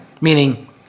Meaning